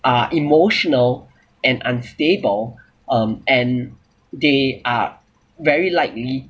are emotional and unstable um and they are very likely